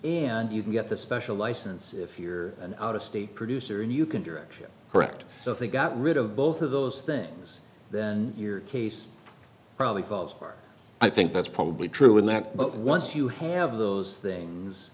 and you can get the special license if you're an out of state producer and you can direct direct if they got rid of both of those things then your case probably falls i think that's probably true in that but once you have those things